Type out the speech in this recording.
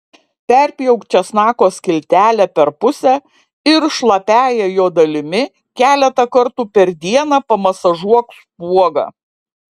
perpjauk česnako skiltelę per pusę ir šlapiąja jo dalimi keletą kartų per dieną pamasažuok spuogą